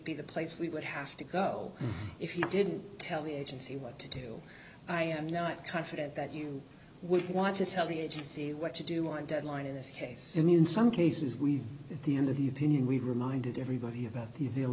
be the place we would have to go if you didn't tell the agency what to do i am not confident that you would want to tell the agency what to do on deadline in this case in the in some cases we the end of the opinion we reminded everybody about the